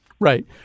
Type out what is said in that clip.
Right